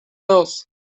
else